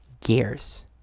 gears